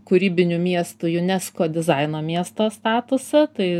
kūrybinių miestų unesco dizaino miesto statusą tai